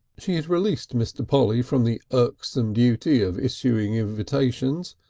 she had released mr. polly from the irksome duty of issuing invitations,